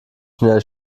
schnell